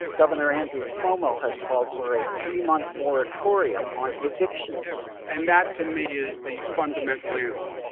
governor andrew cuomo has called for a three-month moratorium on evictions and that, to me, is the fundamental answer.